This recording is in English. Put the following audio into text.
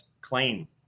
claim